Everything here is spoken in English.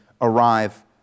arrive